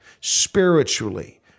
spiritually